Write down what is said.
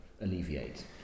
alleviate